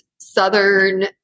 Southern